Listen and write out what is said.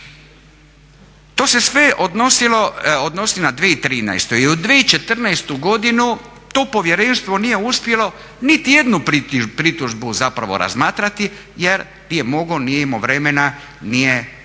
To se sve odnosi na 2013., i u 2014. godini to povjerenstvo nije uspjelo niti jednu pritužbu zapravo razmatrati jer nije mogao, nije imao vremena, nije